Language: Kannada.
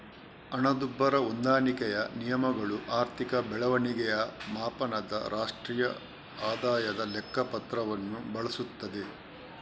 ಹಣದುಬ್ಬರ ಹೊಂದಾಣಿಕೆಯ ನಿಯಮಗಳು ಆರ್ಥಿಕ ಬೆಳವಣಿಗೆಯ ಮಾಪನದ ರಾಷ್ಟ್ರೀಯ ಆದಾಯದ ಲೆಕ್ಕ ಪತ್ರವನ್ನು ಬಳಸುತ್ತದೆ